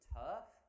tough